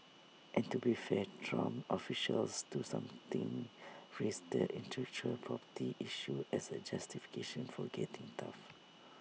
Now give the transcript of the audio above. and to be fair Trump officials do something raise the intellectual property issue as A justification for getting tough